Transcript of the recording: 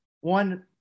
one